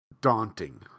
daunting